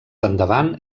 endavant